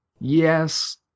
Yes